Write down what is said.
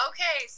Okay